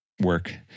work